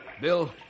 Bill